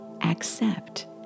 accept